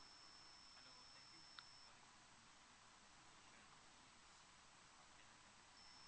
mm